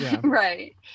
Right